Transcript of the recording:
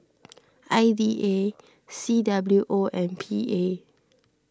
I D A C W O and P A